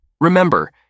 Remember